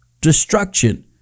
destruction